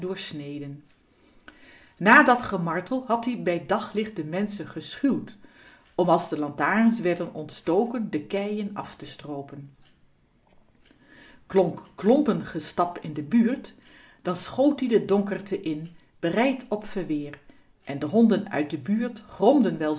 na dat gemartel had-ie bij daglicht de menschen geschuwd om als de lantaarns werden ontstoken de keien af te stroopen klonk klompen buurt dan schoot ie de donkerte in bereid op verweer en gestapind de honden uit de buurt gromden